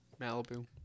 Malibu